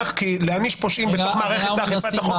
כי להעניש פושעים בתוך מערכת אכיפת החוק,